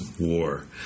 war